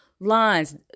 lines